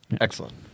Excellent